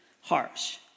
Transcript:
harsh